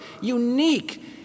unique